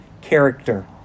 character